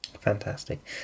Fantastic